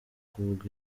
kuvuga